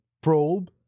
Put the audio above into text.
probe